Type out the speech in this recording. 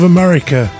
America